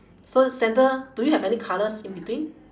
so center do you have any colours in between